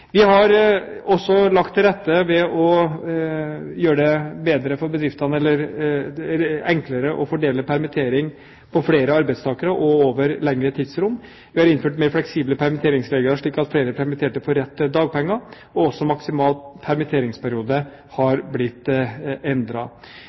Vi har også lagt til rette ved å gjøre det enklere for bedriftene å fordele permittering på flere arbeidstakere og over lengre tidsrom. Vi har innført mer fleksible permitteringsregler, slik at flere permitterte får rett til dagpenger, og også maksimal permitteringsperiode